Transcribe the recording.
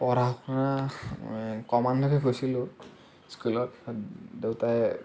পঢ়া শুনা মই ক মানলৈকে গৈছিলোঁ স্কুলত দেউতাই